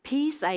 Peace